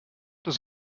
das